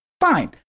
Fine